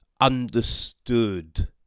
understood